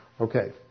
Okay